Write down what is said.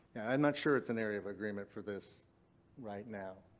i'm not sure it's an area of agreement for this right now.